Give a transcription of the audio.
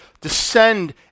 descend